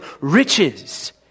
riches